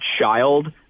child